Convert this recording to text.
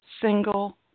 single